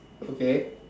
okay